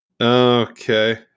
Okay